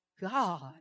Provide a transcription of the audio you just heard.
God